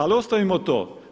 Ali ostavimo to.